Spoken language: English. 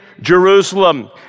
Jerusalem